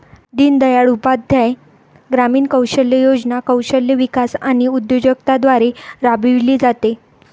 दीनदयाळ उपाध्याय ग्रामीण कौशल्य योजना कौशल्य विकास आणि उद्योजकता द्वारे राबविली जाते